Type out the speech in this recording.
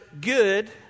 good